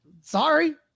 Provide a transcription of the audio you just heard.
sorry